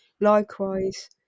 Likewise